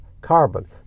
carbon